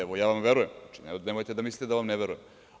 Evo, ja vam verujem, nemojte da mislite da vam ne verujem.